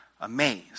amazed